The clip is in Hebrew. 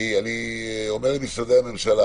אני אומר למשרדי הממשלה